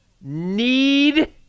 need